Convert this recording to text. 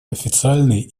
официальной